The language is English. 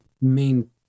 main